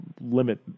limit